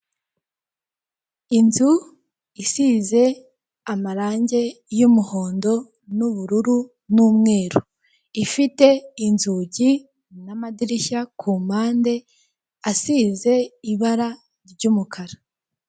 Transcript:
Inzu isize amarange y'umuhondo n'ubururu n'umweru ifite inzugi n'amadirishya ku mpande asize ibara ry'umukara.